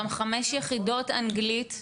גם חמש יחידות אנגלית,